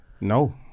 no